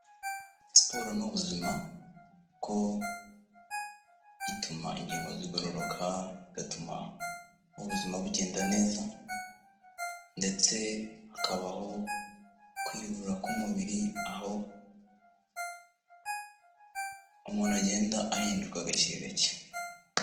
Siporo ni ubuzima kuko ituma ingingo zigororoka, igatuma ubuzima bugenda neza, ndetse hakabaho kwiyuburura k'umubiri, aho umuntu agenda ahinduka gake gake.